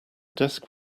desk